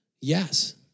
Yes